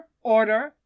order